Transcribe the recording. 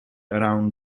around